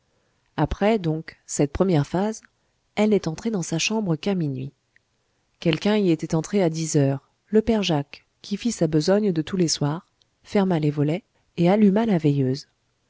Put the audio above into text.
après donc cette première phase elle n'est entrée dans sa chambre qu'à minuit quelqu'un y était entré à dix heures le père jacques qui fit sa besogne de tous les soirs ferma les volets et alluma la veilleuse